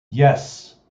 yes